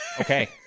Okay